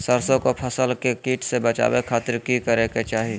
सरसों की फसल के कीट से बचावे खातिर की करे के चाही?